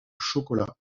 chocolat